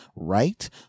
right